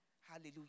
Hallelujah